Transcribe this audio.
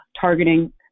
targeting